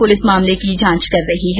police मामले की जांच कर रही है